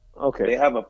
Okay